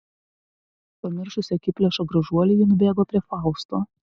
pamiršusi akiplėšą gražuolį ji nubėgo prie fausto